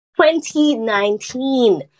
2019